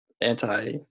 anti